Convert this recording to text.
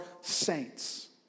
saints